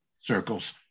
circles